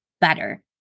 better